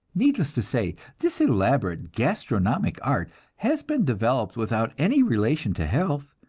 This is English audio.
needless to say, this elaborate gastronomic art has been developed without any relation to health,